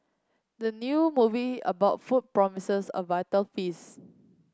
the new movie about food promises a vital feast